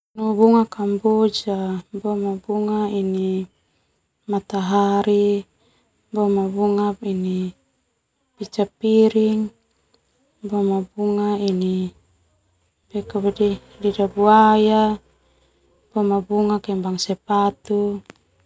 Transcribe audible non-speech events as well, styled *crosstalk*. Bunga kamboja, boma bunga ini matahari, boma bunga ini pica piring, boma bunga ini *hesitation* lidah buaya, boma bunga kembang sepatu.